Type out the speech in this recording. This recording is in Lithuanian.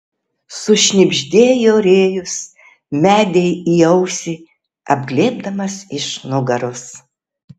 sušnibždėjo rėjus medei į ausį apglėbdamas iš nugaros